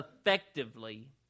effectively